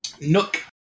Nook